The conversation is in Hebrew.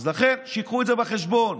אז לכן שיביאו את זה בחשבון.